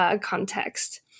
context